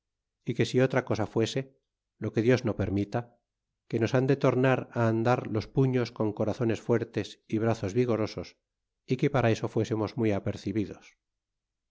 é que si otra cosa fuese lo que dios no permita que nos han de tornar andar los puños con corazones fuertes y brazos vigorosos y que para eso fuésemos muy apercibidos